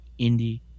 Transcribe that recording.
indie